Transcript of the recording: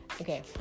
Okay